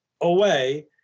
away